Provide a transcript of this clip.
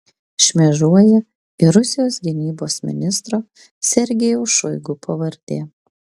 šmėžuoja ir rusijos gynybos ministro sergejaus šoigu pavardė